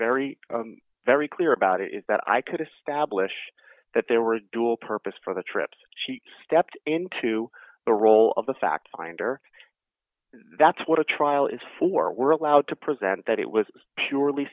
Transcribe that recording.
very very clear about it that i could establish that there were a dual purpose for the trip she stepped into the role of the fact finder that's what a trial is for we're allowed to present that it was purely